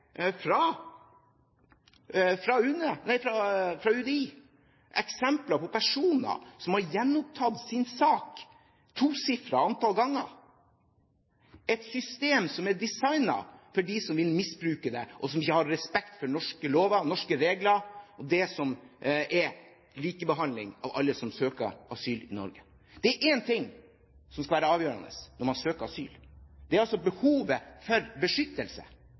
fra UDI eksempler på personer som har gjenopptatt sin sak et tosifret antall ganger. Det er et system som er designet for dem som vil misbruke det, og som ikke har respekt for norske lover, norske regler og det som er likebehandling av alle som søker asyl i Norge. Det er én ting som skal være avgjørende når man søker asyl, og det er behovet for beskyttelse,